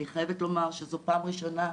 אני חייבת לומר, שזו פעם ראשונה,